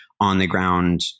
on-the-ground